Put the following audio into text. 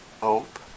Hope